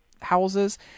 houses